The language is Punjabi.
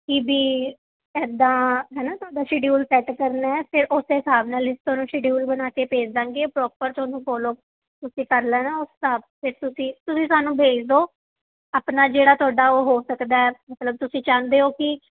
ਕਿ ਵੀ ਇੱਦਾਂ ਹੈ ਨਾ ਤੁਹਾਡਾ ਸ਼ਡਿਊਲ ਸੈੱਟ ਕਰਨਾ ਫਿਰ ਉਸ ਹਿਸਾਬ ਨਾਲ ਤੁਹਾਨੂੰ ਸ਼ੈਡਿਊਲ ਬਣਾ ਕੇ ਭੇਜ ਦਾਂਗੇ ਪ੍ਰੋਪਰ ਤੁਹਾਨੂੰ ਫੋਲੋ ਤੁਸੀਂ ਕਰ ਲੈਣਾ ਉਸ ਹਿਸਾਬ 'ਤੇ ਤੁਸੀਂ ਤੁਸੀਂ ਸਾਨੂੰ ਭੇਜ ਦਿਉ ਆਪਣਾ ਜਿਹੜਾ ਤੁਹਾਡਾ ਉਹ ਹੋ ਸਕਦਾ ਮਤਲਬ ਤੁਸੀਂ ਚਾਹੁੰਦੇ ਹੋ ਕਿ